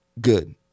good